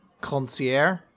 concierge